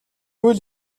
үйл